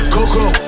Coco